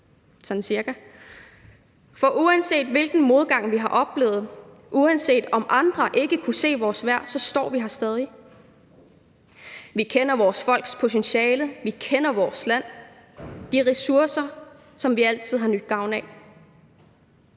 for uanset hvilken modgang, vi har oplevet, uanset om andre ikke kunne se vores værd, står vi her stadig. Vi kender vores folks potentiale, vi kender vores land, de ressourcer, som vi altid har nydt godt af,